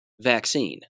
vaccine